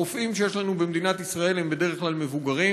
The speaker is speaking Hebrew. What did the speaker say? הרופאים שיש לנו במדינת ישראל הם בדרך כלל מבוגרים.